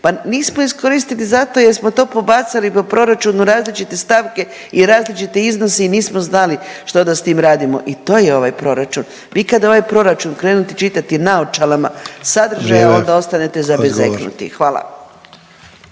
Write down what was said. Pa nismo iskoristili zato jer smo to pobacali po proračunu različite stavke i različite iznose i nismo znali što da s tim radimo i to je ovaj proračun. Vi kad ovaj proračun krenuti čitati naočalama sadržaj …/Upadica Sanader: Vrijeme/…onda